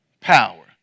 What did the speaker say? power